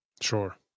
Sure